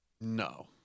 No